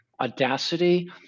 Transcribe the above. audacity